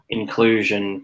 inclusion